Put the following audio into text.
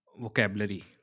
vocabulary